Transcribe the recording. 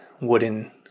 wooden